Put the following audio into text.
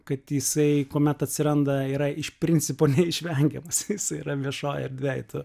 kad jisai kuomet atsiranda yra iš principo neišvengiamas jisai yra viešoj erdvėj tu